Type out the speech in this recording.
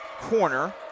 corner